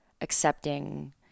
accepting